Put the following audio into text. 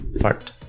Fart